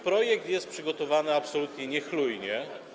Projekt jest przygotowany absolutnie niechlujnie.